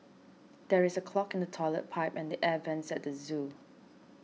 there is a clog in the Toilet Pipe and the Air Vents at the zoo